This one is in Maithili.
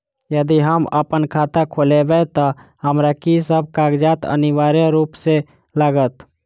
यदि हम अप्पन खाता खोलेबै तऽ हमरा की सब कागजात अनिवार्य रूप सँ लागत?